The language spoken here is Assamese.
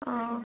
অঁ